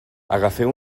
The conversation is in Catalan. agafeu